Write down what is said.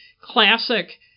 classic